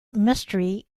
mystery